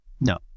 No